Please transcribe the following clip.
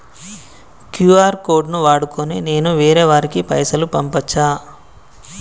QR code ను వాడుకొని నేను వేరే వారికి పైసలు పంపచ్చా?